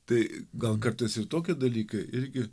tai gal kartais ir tokie dalykai irgi